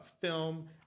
film